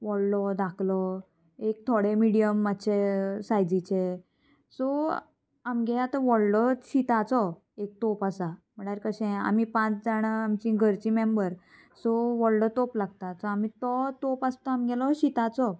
व्हडलो धाकलो एक थोडे मिडियम मात्शे सायजीचे सो आमगे आतां व्हडलो शिताचो एक तोप आसा म्हळ्यार कशें आमी पांच जाणां आमची घरची मेंबर सो व्हडलो तोप लागता सो आमी तो तोप आसता आमगेलो शिताचो